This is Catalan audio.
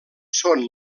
són